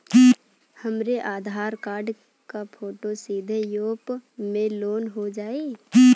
हमरे आधार कार्ड क फोटो सीधे यैप में लोनहो जाई?